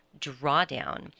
drawdown